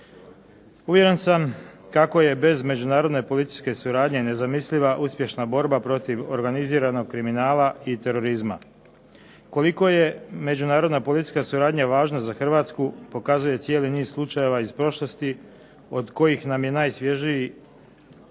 Uvjeren sam kako je bez međunarodne policijske suradnje nezamisliva uspješna borba protiv organiziranog kriminala i terorizma. Koliko je međunarodna policijska suradnja važna za Hrvatsku pokazuje cijeli niz slučajeva iz prošlosti od kojih nam je najsvježiji